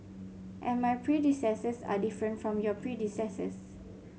and my predecessors are different from your predecessors